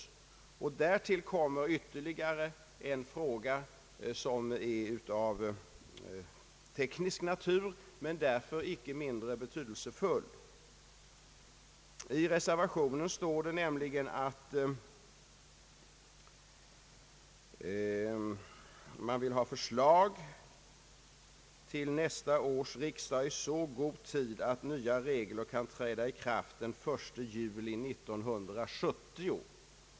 Därtill kommer ytterligare en fråga som är av teknisk natur men därför icke mindre betydelsefull. I reservationen står nämligen att man vill ha förslag till nästa års riksdag i så god tid att nya regler kan träda i kraft den 1 juli 1970.